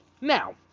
now